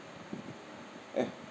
eh